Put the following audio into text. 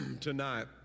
tonight